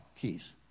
keys